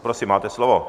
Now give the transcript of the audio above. Prosím, máte slovo.